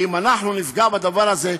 כי אם אנחנו נפגע בדבר הזה,